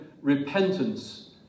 repentance